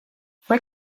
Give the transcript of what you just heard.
fue